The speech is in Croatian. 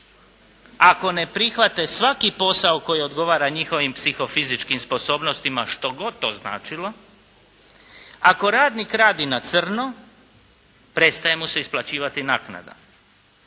ako ne prihvate svaki posao koji odgovara njihovim psihofizičkim sposobnostima, što god to značilo, ako radnik radi na crno prestaje mu se isplaćivati naknada.